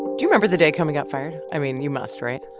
do you remember the day comey got fired? i mean, you must, right?